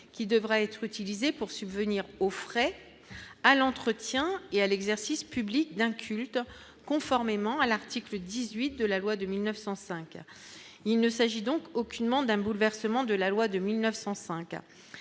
qui devra être utilisé pour subvenir aux frais, à l'entretien et à l'exercice public d'inculte, conformément à l'article 18 de la loi de 1905, il ne s'agit donc aucunement d'un bouleversement de la loi de 1905,